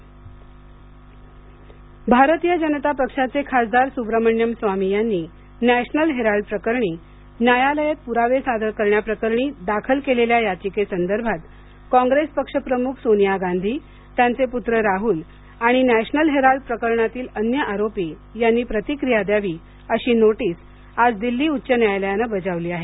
national Herald notice भारतीय जनता पक्षाचे खासदार सुब्रमण्यम् स्वामी यांनी नॅशनल हेराल्ड प्रकरणी न्यायालयात पुरावे सादर करण्याप्रकरणी दाखल केलेल्या याचिकेसंदर्भात कोन्ग्रेस पक्षप्रमुख सोनिया गांधी त्यांचे पुत्र राहुल आणि नॅशनल हेराल्ड प्रकरणातील अन्य आरोपी यांनी प्रतिक्रिया द्यावी अशी नोटीस आज दिल्ली उच्च न्यायालयानं बजावली आहे